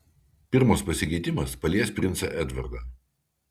pirmas pasikeitimas palies princą edvardą